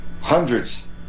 hundreds